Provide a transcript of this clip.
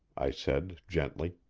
i said gently.